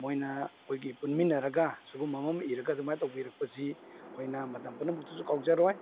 ꯃꯣꯏꯅ ꯑꯩꯈꯣꯏꯒꯤ ꯄꯨꯟꯃꯤꯟꯅꯔꯒ ꯁꯤꯒꯨꯝꯕ ꯑꯃ ꯏꯔꯒ ꯁꯨꯃꯥꯏꯅ ꯇꯧꯕꯤꯔꯛꯄꯁꯤ ꯑꯩꯈꯣꯏꯅ ꯃꯇꯝ ꯄꯨꯝꯅꯃꯛꯇꯁꯨ ꯀꯥꯎꯖꯔꯣꯏ